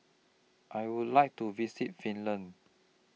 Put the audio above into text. I Would like to visit Finland